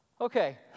Okay